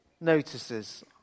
notices